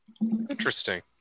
Interesting